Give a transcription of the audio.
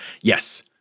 Yes